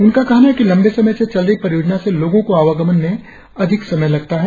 उनका कहना है कि लंबे समय से चल रही परियोजना से लोगों को आवागमन में अधिक समय लगता है